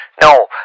No